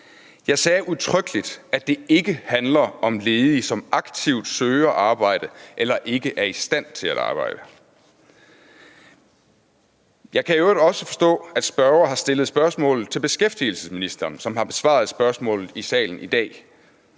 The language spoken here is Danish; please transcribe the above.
Jeg sagde udtrykkeligt, at det ikke handler om ledige, som aktivt søger arbejde eller ikke er i stand til at arbejde. Jeg kan i øvrigt forstå, at spørgeren også har stillet spørgsmålet til beskæftigelsesministeren, som har besvaret spørgsmålet i salen i dag.